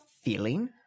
feeling